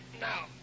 Now